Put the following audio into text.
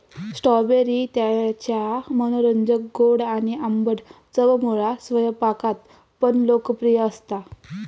strawberry त्याच्या मनोरंजक गोड आणि आंबट चवमुळा स्वयंपाकात पण लोकप्रिय असता